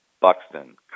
Buxton